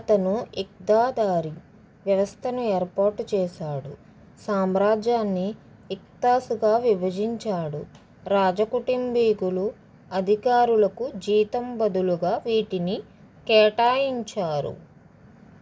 అతను ఇక్తాదారీ వ్యవస్థను ఏర్పాటు చేశాడు సామ్రాజ్యాన్ని ఇక్తాస్గా విభజించాడు రాజకుటుంబీకులు అధికారులకు జీతం బదులుగా వీటిని కేటాయించారు